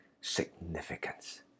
significance